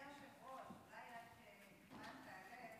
היושב-ראש, אולי עד שאימאן תעלה,